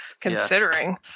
considering